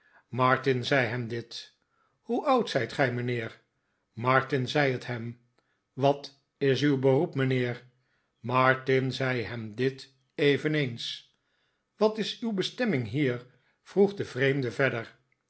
zei hem dit hoe oud zijt gij mijnheer martin zei het hem wat is uw beroep mijnheer martin zei hem dit eveneens wat is uw bestemming hier vroeg de vreemde verder